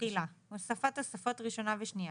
הוספת תוספות ראשונה ושנייה.